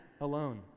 alone